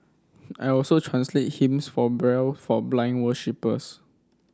I also translate hymns for Braille for blind worshippers